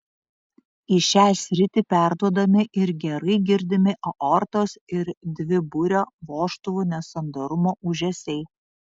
į šią sritį perduodami ir gerai girdimi aortos ir dviburio vožtuvų nesandarumo ūžesiai